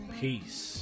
peace